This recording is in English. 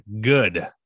good